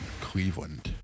cleveland